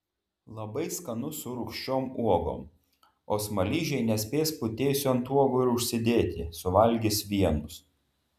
labai skanu su rūgščiom uogom o smaližiai nespės putėsių ant uogų ir užsidėti suvalgys vienus